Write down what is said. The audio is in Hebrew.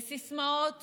בסיסמאות